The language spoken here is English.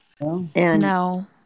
no